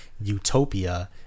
utopia